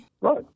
Right